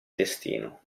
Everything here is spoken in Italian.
destino